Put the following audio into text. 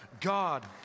God